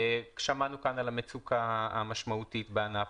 שמענו כאן על המצוקה המשמעותית בענף,